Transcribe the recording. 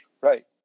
Right